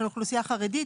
אוכלוסייה חרדית.